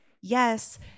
yes